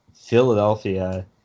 Philadelphia